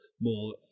more